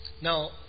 Now